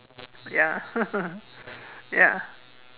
ya ya